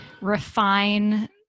refine